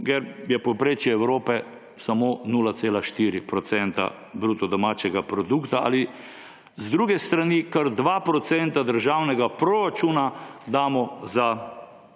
je povprečje Evrope samo 0,4 % bruto domačega produkta, ali z druge strani kar 2 % državnega proračuna damo za